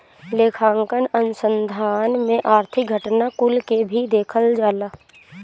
लेखांकन अनुसंधान में आर्थिक घटना कुल के भी देखल जाला